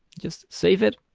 just save it,